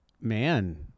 Man